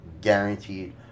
guaranteed